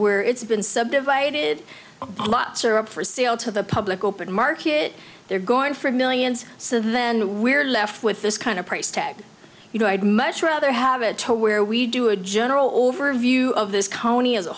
where it's been subdivided lots are up for sale to the public open market they're going for millions so then we're left with this kind of price tag you know i'd much rather have it to where we do a general overview of this county as a